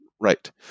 Right